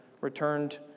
returned